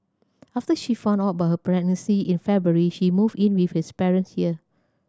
after she found out about her pregnancy in February she moved in with his parents here